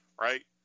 Right